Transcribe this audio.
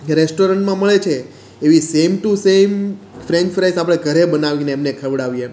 રેસ્ટોરન્ટમાં મળે છે એવી same to same French fries આપણે ઘરે બનાવીને એમને ખવડાવીએ